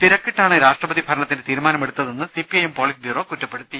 തിരക്കിട്ടാണ് രാഷ്ട്രപതി ഭരണത്തിന് തീരുമാനമെടുത്തതെന്ന് C P I M polit bureau കുറ്റപ്പെടുത്തി